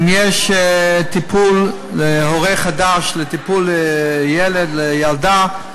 אם יש טיפול וההורה חדש, טיפול בילד או בילדה,